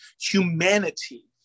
humanity